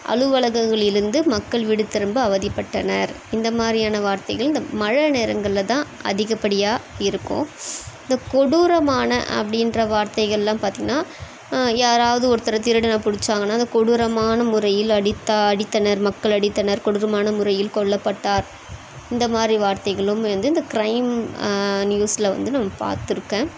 அலுவலகங்களிலிருந்து மக்கள் வீடு திரும்ப அவதிப்பட்டனர் இந்த மாரியான வார்த்தைகள் இந்த மழை நேரங்கள்ல தான் அதிகப்படியாக இருக்கும் இந்தக் கொடூரமான அப்படின்ற வார்த்தைகள்லாம் பார்த்திங்கனா யாராவது ஒருத்தரை திருடனை பிடிச்சாங்கனா அந்த கொடூரமான முறையில் அடித்தா அடித்தனர் மக்கள் அடித்தனர் கொடூரமான முறையில் கொல்லப்பட்டார் இந்த மாரி வார்த்தைகளும் வந்து இந்த க்ரைம் நியூஸில் வந்து நம்ம பார்த்திருக்கேன்